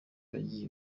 bagiye